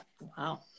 Wow